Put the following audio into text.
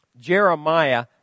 Jeremiah